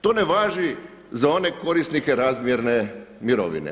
To ne važi za one korisnike razmjerne mirovine.